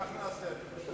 כך נעשה.